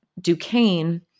Duquesne